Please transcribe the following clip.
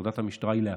עבודת המשטרה היא לאפשר.